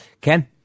Ken